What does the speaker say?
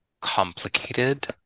complicated